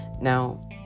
Now